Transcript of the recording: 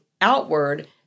outward